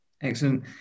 Excellent